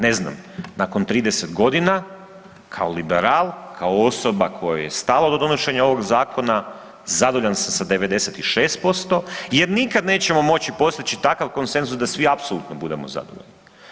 Ne znam, nakon 30 godina kao liberal, kao osoba kojoj je stalo do donošenja ovog zakona zadovoljan sam sa 96% jer nikada nećemo moći postići takav konsenzus da svi apsolutno budemo zadovoljni.